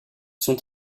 sont